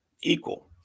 equal